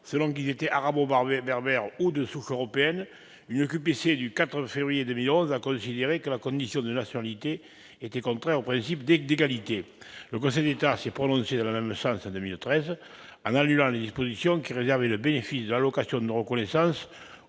selon qu'ils étaient arabo-berbères ou de souche européenne, le Conseil constitutionnel, dans une décision QPC du 4 février 2011, a considéré que la condition de nationalité était contraire au principe d'égalité. Le Conseil d'État s'est prononcé dans le même sens en 2013, en annulant les dispositions qui réservaient le bénéfice de l'allocation de reconnaissance